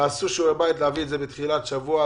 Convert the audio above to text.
תעשו שיעורי בית להביא את זה בתחילת השבוע,